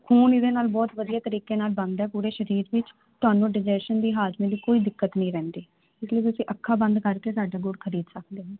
ਹੁਣ ਇਹਦੇ ਨਾਲ ਬਹੁਤ ਵਧੀਆ ਤਰੀਕੇ ਨਾਲ ਬਣਦਾ ਪੂਰੇ ਸਰੀਰ ਵਿੱਚ ਤੁਹਾਨੂੰ ਡਿਜੈਸ਼ਨ ਦੀ ਹਾਜ਼ਮੇ ਦੀ ਕੋਈ ਦਿੱਕਤ ਨਹੀਂ ਰਹਿੰਦੀ ਇਸ ਲਈ ਤੁਸੀਂ ਅੱਖਾਂ ਬੰਦ ਕਰਕੇ ਸਾਡਾ ਗੁੜ ਖਰੀਦ ਸਕਦੇ